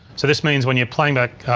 so this means when you're playing back,